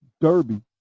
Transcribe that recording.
Derby